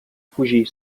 fugir